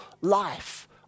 life